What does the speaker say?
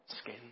skin